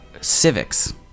civics